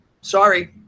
sorry